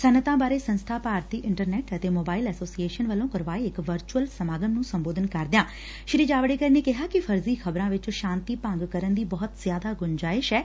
ਸਨੱਅਤਾਂ ਬਾਰੇ ਸੰਸਬਾ ਭਾਰਤੀ ਇੰਟਰਨੈਟ ਅਤੇ ਮੋਬਾਇਲ ਐਸੋਸੀਏਸ਼ਨ ਵੱਲੋਂ ਕਰਵਾਏ ਇਕ ਵਰਚੂਅਲ ਸਮਾਗਮ ਨੂੰ ਸੰਬੋਧਨ ਕਰਦਿਆਂ ਸ੍ਰੀ ਜਾਵੜੇਕਰ ਨੇ ਕਿਹਾ ਕਿ ਫਰਜ਼ੀ ਖ਼ਬਰਾਂ ਵਿਚ ਸ਼ਾਂਤੀ ਭੰਗ ਕਰਨ ਦੀ ਬਹੁਤ ਜ਼ਿਆਦਾ ਗੁੰਜ਼ਾਇਸ਼ ਏ